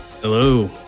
Hello